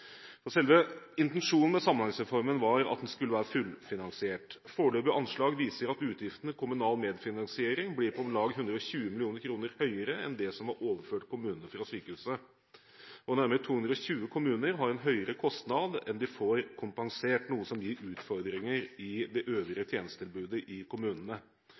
kompetanse. Selve intensjonen med Samhandlingsreformen var at den skulle være fullfinansiert. Foreløpige anslag viser at utgiftene til kommunal medfinansiering blir om lag 120 mill. kr høyere enn det som er overført kommunene fra sykehusene. Nærmere 220 kommuner har høyere kostnader enn de får kompensert, noe som gir utfordringer i det øvrige tjenestetilbudet i kommunene.